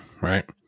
right